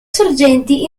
sorgenti